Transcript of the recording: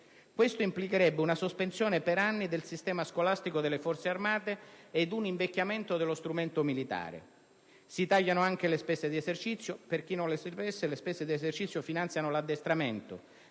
Questo implicherebbe una sospensione per anni del sistema scolastico delle Forze armate ed un invecchiamento dello strumento militare. Si tagliano anche le spese di esercizio, che, per chi non lo sapesse, finanziano l'addestramento: